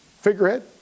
figurehead